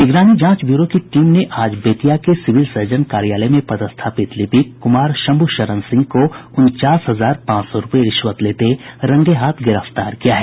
निगरानी जांच ब्यूरो की टीम ने आज बेतिया के सिविल सर्जन कार्यालय में पदस्थापित लिपिक कुमार शंभु शरण सिंह को उनचास हजार पांच सौ रूपये रिश्वत लेते रंगेहाथ गिरफ्तार किया है